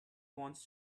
wants